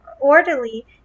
orderly